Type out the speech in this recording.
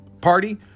party